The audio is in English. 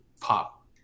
pop